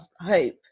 hope